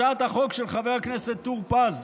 הצעת החוק של חבר הכנסת טור פז,